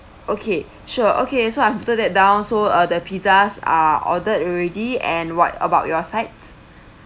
okay sure okay I've noted that down so uh the pizzas are ordered already and what about your sides